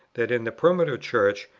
that, in the primitive church,